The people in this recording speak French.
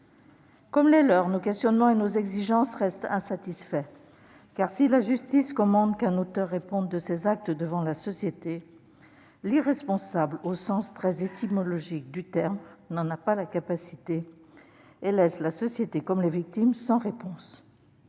Comme les leurs, nos questionnements et nos exigences restent insatisfaits, car, si la justice commande qu'un auteur réponde de ses actes devant la société, l'irresponsable, au sens étymologique du terme, n'en a pas la capacité et laisse la société, comme les victimes, sans réponse.